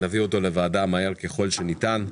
נביא אותו לוועדה מהר ככל שניתן.